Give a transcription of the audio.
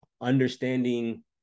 understanding